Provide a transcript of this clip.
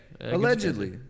allegedly